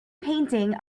painting